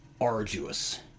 arduous